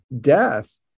death